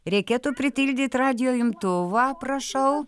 reikėtų pritildyt radijo imtuvą prašau